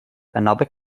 another